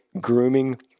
grooming